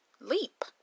Leap